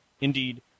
Indeed